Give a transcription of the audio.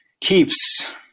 Keeps